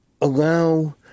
allow